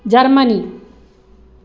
Germany